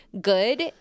good